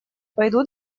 пойду